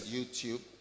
YouTube